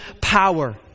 power